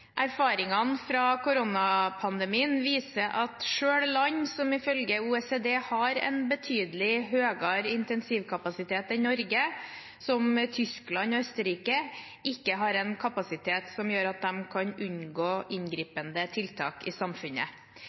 Erfaringene fra koronapandemien viser at selv land som ifølge OECD har en betydelig høyere intensivkapasitet enn Norge, som Tyskland og Østerrike, ikke har en kapasitet som gjør at de kan unngå inngripende tiltak i samfunnet.